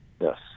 yes